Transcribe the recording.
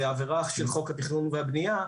זה עבירה של חוק התכנון והבנייה,